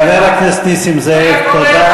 חבר הכנסת נסים זאב.